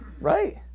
Right